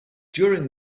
during